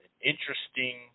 interesting